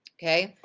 okay,